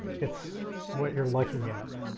it's what you're looking at.